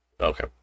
Okay